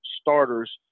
starters